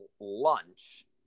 lunch